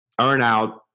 earnout